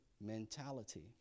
mentality